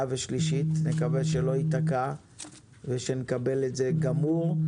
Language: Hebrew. ושלישית ונקווה שזה לא ייתקע ושנקבל את זה גמור.